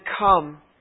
come